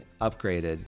upgraded